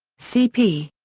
cp.